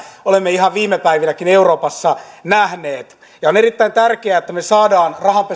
mitä olemme ihan viime päivinäkin euroopassa nähneet on erittäin tärkeää että me saamme